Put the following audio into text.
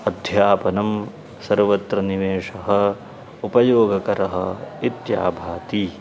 अध्यापनं सर्वत्र निवेशः उपयोगकरः इत्यभाति